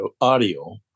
audio